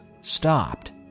stopped